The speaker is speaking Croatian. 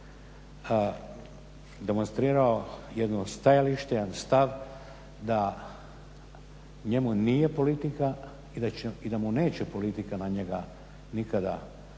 demonstrirao jedno stajalište, jedan stav da njemu nije politika i da mu neće politika na njega utjecati.